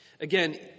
Again